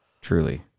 Truly